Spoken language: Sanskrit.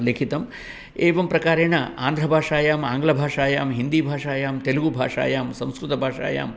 लिखितं एवं प्रकारेण आन्ध्रभाषायाम् आङ्ग्लभाषायां हिन्दीभाषायां तेलुगुभाषायां संस्कृतभाषायाम्